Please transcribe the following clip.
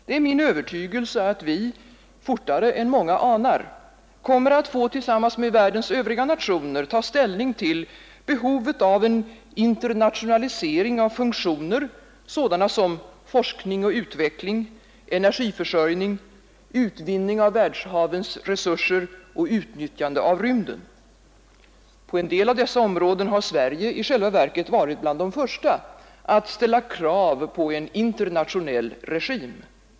Det är min övertygelse att vi fortare än många anar kommer att få tillsammans med världens övriga nationer ta ställning till behovet av en internationalisering av funktioner sådana som forskning och utveckling, energiförsörjning, utvinning av världshavens resurser och utnyttjande av rymden. På en del av dessa områden har Sverige i själva verket varit bland de första att ställa krav på en internationell regim.